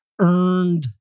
earned